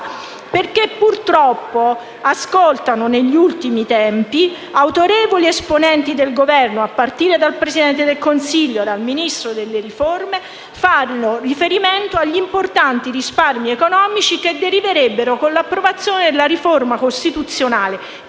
perché purtroppo negli ultimi tempi ascoltano autorevoli esponenti del Governo, a partire dal Presidente del Consiglio e dal Ministro per le riforme, che fanno riferimento agli importanti risparmi economici che deriverebbero con l'approvazione della riforma costituzionale